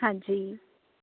ਹਾਂਜੀ